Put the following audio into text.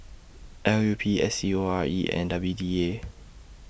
L U P S C O R E and W D A